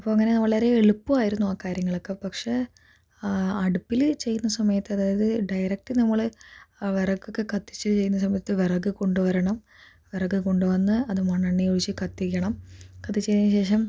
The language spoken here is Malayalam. അപ്പോൾ അങ്ങനെ വളരെ എളുപ്പമായിരുന്നു ആ കാര്യങ്ങളൊക്കെ പക്ഷെ അടുപ്പിൽ ചെയ്യുന്ന സമയത്ത് അതായത് ഡയറക്ട് നമ്മൾ വിറകൊക്കെ കത്തിച്ച് ചെയ്യുന്ന സമയത്ത് വിറക് കൊണ്ടുവരണം വിറക് കൊണ്ടുവന്ന് അതു മണ്ണെണ്ണ ഒഴിച്ച് കത്തിക്കണം കത്തിച്ചതിന് ശേഷം